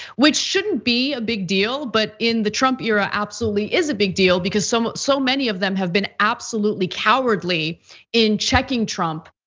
which shouldn't be a big deal, but in the trump era absolutely is a big deal, because so so many of them have been absolutely cowardly in checking trump.